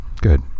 good